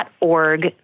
org